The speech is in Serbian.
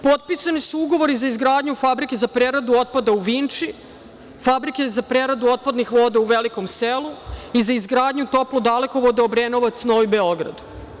Potpisani su ugovori za izgradnju fabrike za preradu otpada u Vinči, fabrike za preradu otpadnih voda u Velikom Selu i za izgradnju toplodalekovoda Obrenovac - Novi Beograd.